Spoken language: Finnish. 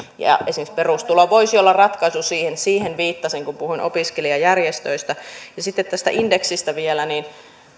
esimerkiksi perustulo voisi olla ratkaisu siihen siihen viittasin kun puhuin opiskelijajärjestöistä sitten tästä indeksistä vielä